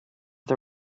the